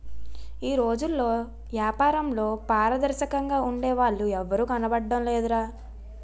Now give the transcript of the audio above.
ఈ రోజుల్లో ఏపారంలో పారదర్శకంగా ఉండే వాళ్ళు ఎవరూ కనబడడం లేదురా